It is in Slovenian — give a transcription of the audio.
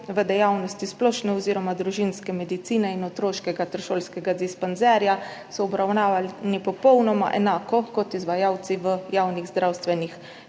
v dejavnosti splošne oziroma družinske medicine in otroškega ter šolskega dispanzerja so obravnavani popolnoma enako kot izvajalci v javnih zdravstvenih